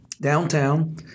downtown